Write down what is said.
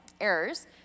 errors